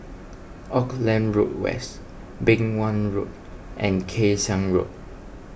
Auckland Road West Beng Wan Road and Kay Siang Road